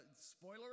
spoiler